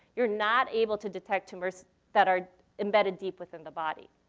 you're not able to detect tumors that are embedded deep within the body.